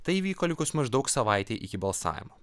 tai įvyko likus maždaug savaitei iki balsavimo